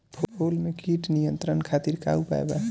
फूल में कीट नियंत्रण खातिर का उपाय बा?